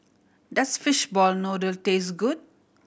does fish ball noodle taste good